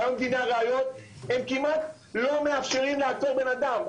היום דיני הראיות הם כמעט לא מאפשרים לעצור בן אדם,